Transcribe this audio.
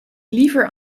liever